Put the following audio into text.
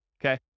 Okay